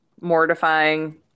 mortifying